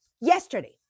yesterday